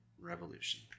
revolution